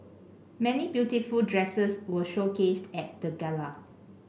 many beautiful dresses were showcased at the gala